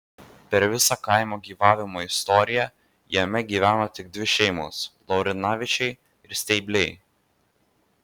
per visą kaimo gyvavimo istoriją jame gyveno tik dvi šeimos laurinavičiai ir steibliai